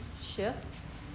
shifts